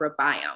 microbiome